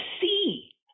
see